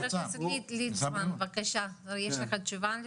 תגיד ליצמן, בבקשה, יש לך תשובה לזה?